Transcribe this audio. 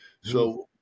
So-